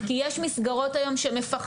כי יש מסגרות היום שמפחדות,